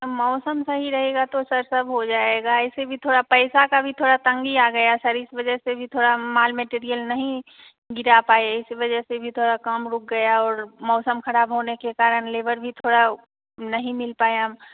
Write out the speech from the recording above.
मौसम सही रहेगा तो सर सब हो जाएगा ऐसे भी थोड़ा पैसे का भी थोड़ा तंगी आ गया है सर इस वजह से भी माल मटीरियल नहीं गिरा पाए इसी वजह से भी थोड़ा काम रुक गया और मौसम खराब होने के कारण लेबर भी थोड़ा नहीं मिल पाया